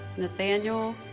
nathaniel